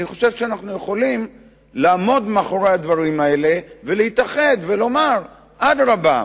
אני חושב שאנחנו יכולים לעמוד מאחורי הדברים האלה ולהתאחד ולומר: אדרבה,